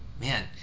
man